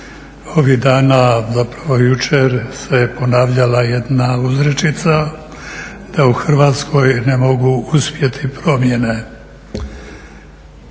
Ovih dana, zapravo jučer se ponavljala jedna uzrečica da u Hrvatskoj ne mogu uspjeti promjene.